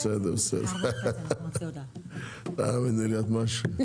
בסדר, תאמיני לי את משהו.